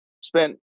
spent